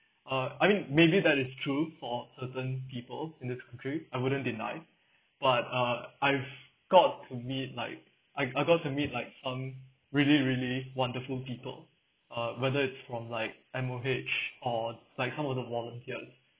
uh I mean maybe that is true for a certain people in this country I wouldn't deny but uh I've got to meet like I I got to meet like some really really wonderful people uh whether it's from like M_O_H or like some of the volunteers